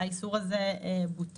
האיסור הזה בוטל.